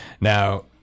Now